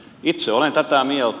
itse olen tätä mieltä